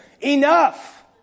Enough